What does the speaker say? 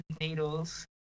needles